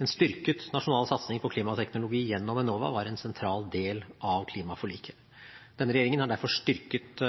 En styrket nasjonal satsing på klimateknologi gjennom Enova var en sentral del av klimaforliket. Denne regjeringen har derfor styrket